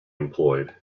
employed